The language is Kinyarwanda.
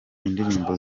indirimbo